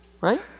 Right